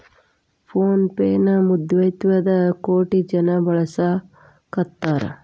phone pay ನ ಮುವ್ವತೈದ್ ಕೋಟಿ ಜನ ಬಳಸಾಕತಾರ